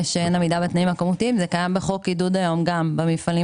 עצרנו בסוף עמוד 1411. היו כמה נושאים